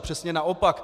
Přesně naopak!